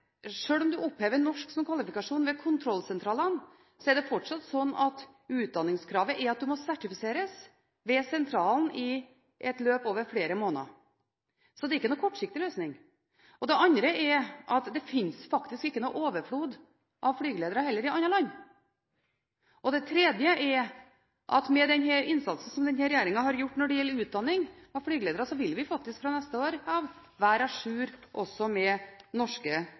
at du må sertifiseres ved sentralen i et løp over flere måneder. Så det er ikke noen kortsiktig løsning. Det andre er at det fins faktisk ikke noen overflod av flygeledere heller i andre land. Og det tredje er at med den innsatsen som denne regjeringen har gjort når det gjelder utdanning av flygeledere, vil vi faktisk fra neste år av være à jour også med norske